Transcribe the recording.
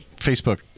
facebook